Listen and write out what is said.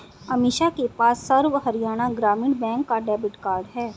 अमीषा के पास सर्व हरियाणा ग्रामीण बैंक का डेबिट कार्ड है